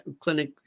Clinic